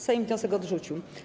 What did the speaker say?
Sejm wniosek odrzucił.